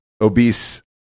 obese